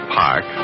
park